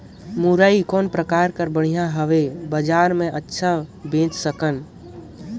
मुरई कौन प्रकार कर बढ़िया हवय? बजार मे अच्छा बेच सकन